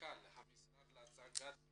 ומנכ"ל המשרד, להצגת